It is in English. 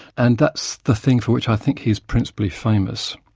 and that's the thing for which i think he's principally famous.